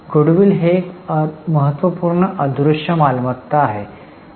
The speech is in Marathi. Goodwill ही एक महत्त्वपूर्ण अदृश्य मालमत्ता आहे